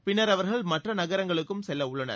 பின்னர் அவர்கள் மற்றநகரங்களுக்கும் செல்லஉள்ளனர்